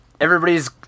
everybody's